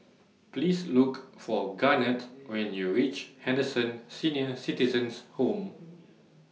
Please Look For Garnett when YOU REACH Henderson Senior Citizens' Home